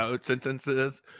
sentences